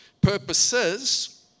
Purposes